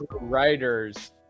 writers